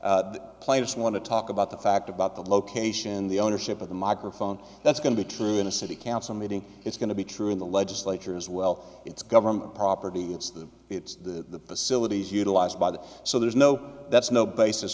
the plainest want to talk about the fact about the location the ownership of the microphone that's going to be true in a city council meeting it's going to be true in the legislature as well it's government property it's the it's the facilities utilized by the so there's no that's no basis